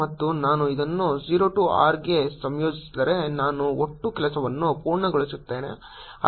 ಮತ್ತು ನಾನು ಇದನ್ನು 0 ಟು R ಗೆ ಸಂಯೋಜಿಸಿದರೆ ನಾನು ಒಟ್ಟು ಕೆಲಸವನ್ನು ಪೂರ್ಣಗೊಳಿಸುತ್ತೇನೆ